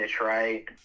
right